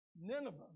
Nineveh